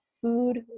food